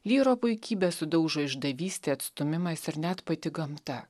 vyro puikybę sudaužo išdavystė atstūmimas ir net pati gamta